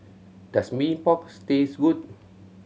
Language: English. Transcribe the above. does Mee Pok taste good